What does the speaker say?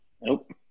nope